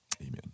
Amen